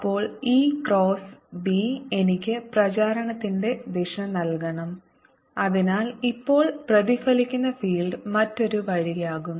അപ്പോൾ e cross b എനിക്ക് പ്രചാരണത്തിന്റെ ദിശ നൽകണം അതിനാൽ ഇപ്പോൾ പ്രതിഫലിക്കുന്ന ഫീൽഡ് മറ്റൊരു വഴിയാകും